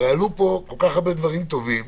עלו פה כל כך הרבה דברים טובים,